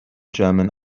german